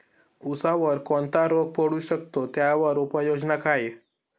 ऊसावर कोणता रोग पडू शकतो, त्यावर उपाययोजना काय?